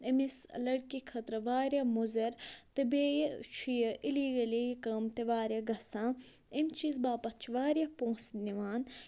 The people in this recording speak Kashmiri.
أمِس لڑکی خٲطرٕ واریاہ مُضِر تہٕ بیٚیہِ چھُ یہِ اِلیٖگٔلی یہِ کٲم تہِ واریاہ گژھان اَمہِ چیٖز باپتھ چھِ واریاہ پونٛسہٕ نِوان